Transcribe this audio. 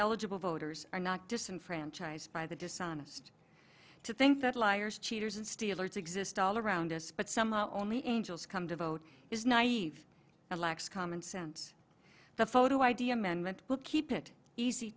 eligible voters are not disenfranchised by the dishonest to think that liars cheaters and steelers exist all around us but some only angels come to vote is naive and lacks common sense the photo id amendment to keep it easy